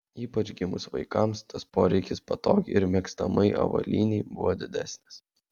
ypač gimus vaikams tas poreikis patogiai ir mėgstamai avalynei buvo didesnis